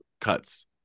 cuts